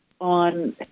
on